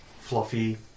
fluffy